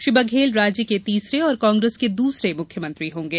श्री बघेल राज्य के तीसरे और कांग्रेस के दूसरे मुख्यमंत्री होंगे